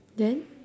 then